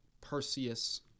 Perseus